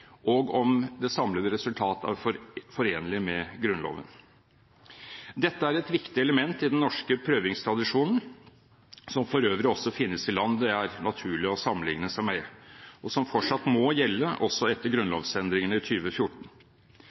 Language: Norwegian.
og om det samlede resultatet er forenlig med Grunnloven. Dette er et viktig element i den norske prøvingstradisjonen, som for øvrig også finnes i land det er naturlig å sammenligne seg med, og som fortsatt må gjelde etter grunnlovsendringene i